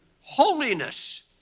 holiness